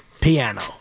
Piano